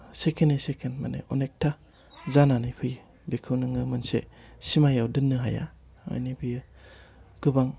सेकेनै सेकेन माने अनेकथा जानानै फैयो बिखौ नोङो मोनसे सिमायाव दोननो हाया माने बियो गोबां